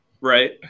right